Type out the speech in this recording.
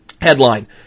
Headline